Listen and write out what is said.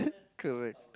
correct